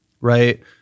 right